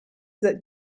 that